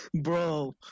Bro